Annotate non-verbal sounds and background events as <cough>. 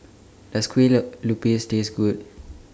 Does Kueh <unintelligible> Lupis Taste Good